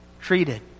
treated